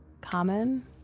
common